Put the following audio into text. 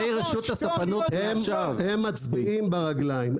----- הם מצביעים ברגליים.